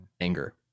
anger